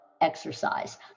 exercise